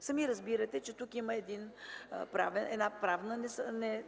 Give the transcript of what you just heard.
Сами разбирате, че тук има правна